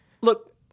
Look